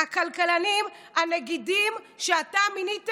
הכלכלנים, הנגידים, שאתה מינית,